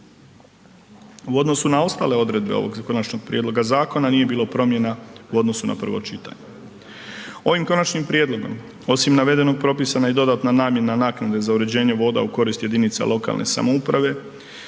U odnosu na ostale odredbe ovog Konačnog prijedloga zakona nije bilo promjena u odnosu na prvo čitanje. Ovim Konačnim prijedlogom osim navedenog, propisana je i dodatna namjena naknade za uređenje voda u korist jedinica lokalne samouprave,